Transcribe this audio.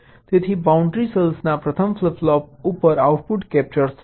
તેથી બાઉન્ડ્રી સેલના પ્રથમ ફ્લિપ ફ્લોપ ઉપર આઉટપુટ કેપ્ચર થશે